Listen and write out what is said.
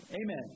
Amen